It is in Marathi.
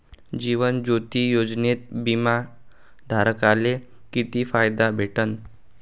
जीवन ज्योती योजनेत बिमा धारकाले किती फायदा भेटन?